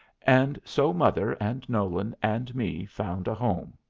and so mother and nolan and me found a home.